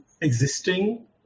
existing